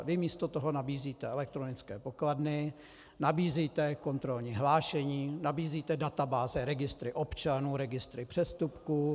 Vy místo toho nabízíte elektronické pokladny, nabízíte kontrolní hlášení, nabízíte databáze, registry občanů, registry přestupků.